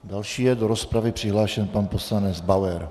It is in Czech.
Další je do rozpravy přihlášen pan poslanec Bauer.